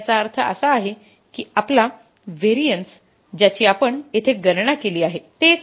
आणि याचा अर्थ असा आहे की आपला व्हेरिएन्स ज्याची आपण येथे गणना केली आहे